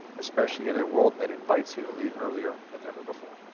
especially in a world that invites you to lead earlier than ever before.